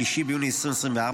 3 ביוני 2024,